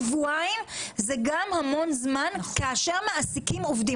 שבועיים זה גם המון זמן לאשר עובדים.